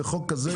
בחוק כזה,